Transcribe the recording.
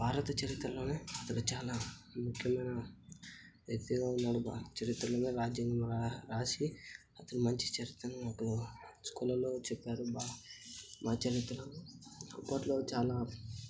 భారత చరిత్రలోనే అతను చాలా ముఖ్యమైన వ్యక్తిగా ఉన్నాడు చరిత్రలోనే రాజ్యాంగం వ్రాసి అతను మంచి చరిత్రను స్కూళ్ళలో చెప్పారు మా చరిత్రను అప్పట్లో చాలా